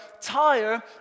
tire